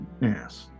Yes